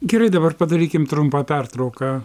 gerai dabar padarykim trumpą pertrauką